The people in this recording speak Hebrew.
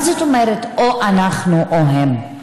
מה זאת אומרת "או אנחנו או הם"?